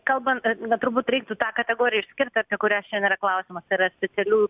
kalbant na turbūt reiktų tą kategoriją išskirt apie kurią šiandien yra klausimas tai yra specialiųjų